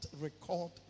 record